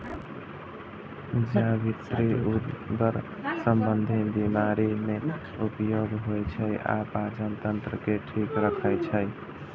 जावित्री उदर संबंधी बीमारी मे उपयोग होइ छै आ पाचन तंत्र के ठीक राखै छै